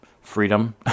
freedom